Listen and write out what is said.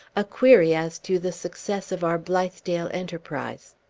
a query as to the success of our blithedale enterprise.